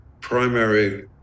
primary